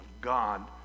God